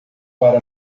para